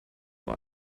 nur